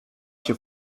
się